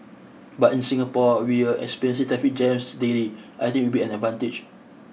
but in Singapore where experience traffic jams daily I think it will be an advantage